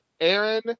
Aaron